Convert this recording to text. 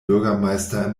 bürgermeister